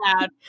loud